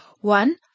One